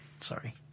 Sorry